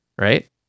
right